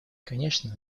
конечно